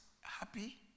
happy